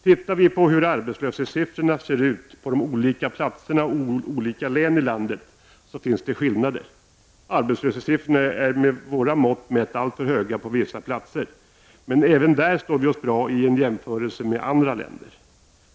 Tittar vi på hur arbetslöshetssiffrorna ser ut på olika platser och i olika län i landet skall vi se att det finns skillnader. Arbetslöshetssiffrorna är med våra mått mätta alltför höga på vissa platser. Men även där står vi oss bra vid en jämförelse med andra länder.